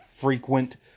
frequent